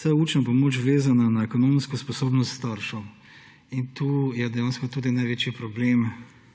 saj je učna pomoč vezana na ekonomsko sposobnost staršev. In tu je dejansko tudi največji problem